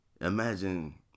Imagine